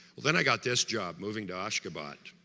well then i got this job moving to ashkabat